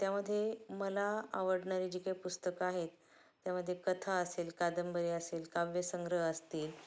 त्यामध्ये मला आवडणारी जी काही पुस्तकं आहेत त्यामध्ये कथा असेल कादंबरी असेल काव्य संग्रह असतील